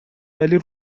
ولی